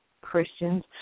Christians